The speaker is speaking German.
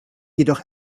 jedoch